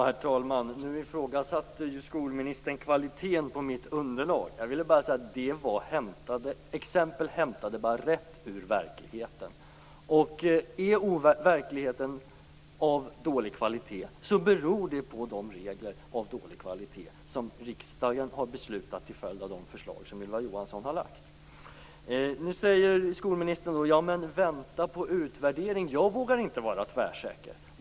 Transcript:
Herr talman! Skolministern ifrågasatte kvaliteten på mitt underlag. Det var exempel hämtade direkt ur verkligheten. Är verkligheten av dålig kvalitet så beror det på de regler av dålig kvalitet som riksdagen har beslutat om till följd av de förslag som Ylva Johansson har lagt fram. Nu säger skolministern: Ja, men vänta på utvärderingen. Jag vågar inte vara tvärsäker.